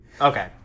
Okay